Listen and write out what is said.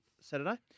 Saturday